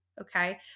Okay